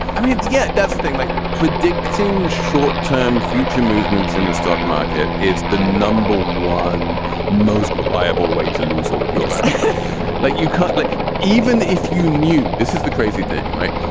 mean yes that's a thing like predicting short term future movements in the stock market is the number one most reliable way to lose all of your money but you can't like even if you knew this is the crazy thing right.